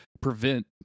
prevent